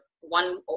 one